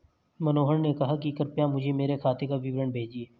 मनोहर ने कहा कि कृपया मुझें मेरे खाते का विवरण भेजिए